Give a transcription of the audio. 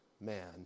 man